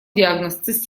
диагноз